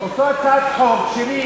אותה הצעת חוק שלי,